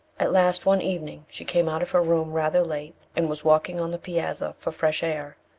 at last, one evening, she came out of her room rather late, and was walking on the piazza for fresh air.